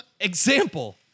Example